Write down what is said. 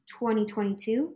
2022